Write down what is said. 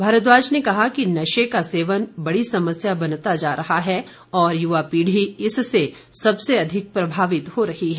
भारद्वाज ने कहा कि नशे का सेवन बडी समस्या बनता जा रहा है और युवा पीढ़ी इससे सबसे अधिक प्रभावित हो रही है